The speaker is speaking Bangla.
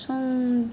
সং